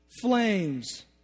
flames